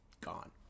gone